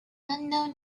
unknown